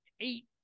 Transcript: eight